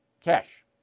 Cash